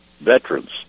Veterans